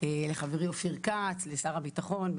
חברי אופיר כץ, שר הביטחון.